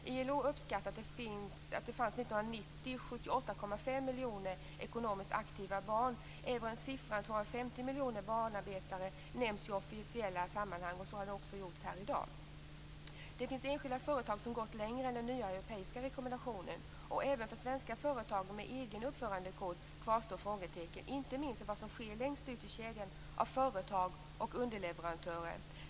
ILO uppskattar att det 1990 fanns 78,5 miljoner ekonomiskt aktiva barn. Även siffran 250 miljoner barnarbetare nämns i officiella sammanhang, vilket även har gjorts här i dag. Det finns enskilda företag som gått längre än den nya europeiska rekommendationen. Men även för svenska företag med egen uppförandekod kvarstår frågetecken, inte minst när det gäller vad som sker längst ut i kedjan av företag och underleverantörer.